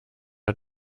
hat